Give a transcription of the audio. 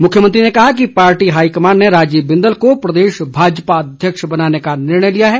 मुख्यमंत्री ने कहा कि पार्टी हाईकमान ने राजीव बिंदल को प्रदेश भाजपा अध्यक्ष बनाने का निर्णय लिया है